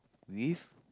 with